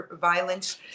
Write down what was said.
violence